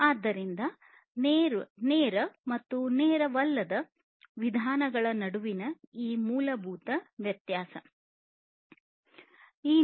ಆದ್ದರಿಂದ ಇದು ನೇರ ಮತ್ತು ಇತರ ವಿಧಾನಗಳ ನಡುವಿನ ಮೂಲಭೂತ ವ್ಯತ್ಯಾಸವಾಗಿದೆ